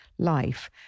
life